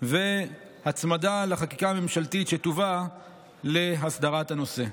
והצמדה לחקיקה הממשלתית שתובא להסדרת הנושא.